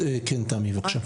תמי, בבקשה.